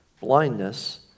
blindness